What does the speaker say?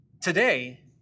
Today